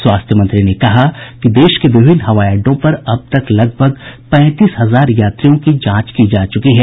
स्वास्थ्य मंत्री ने कहा कि देश के विभिन्न हवाईअड्डों पर अब तक लगभग पैंतीस हजार यात्रियों की जांच की जा चुकी है